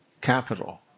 capital